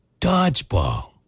dodgeball